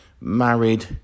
married